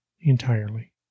entirely